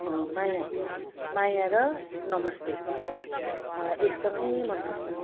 माया माया र नमस्ते मलाई एकदमै मनपर्छ